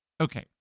Okay